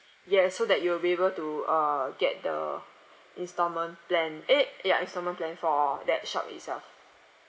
yes so that you will be able to uh get the instalment plan eh ya instalment plan for that shop itself